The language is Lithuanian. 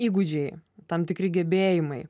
įgūdžiai tam tikri gebėjimai